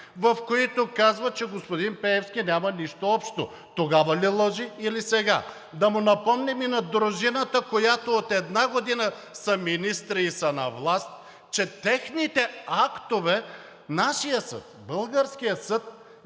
в които казва, че господин Пеевски няма нищо общо. Тогава ли лъже, или сега? Да му напомним, и на дружината, които от една година са министри и са на власт, че техните актове нашият съд, българският съд